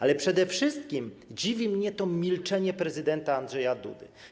Ale przede wszystkim dziwi mnie to milczenie prezydenta Andrzeja Dudy.